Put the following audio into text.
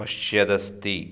पश्यदस्ति